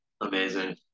Amazing